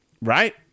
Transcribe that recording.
Right